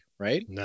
Right